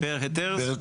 לכל היתר והיתר.